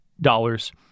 dollars